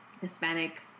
Hispanic